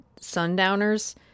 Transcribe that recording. Sundowners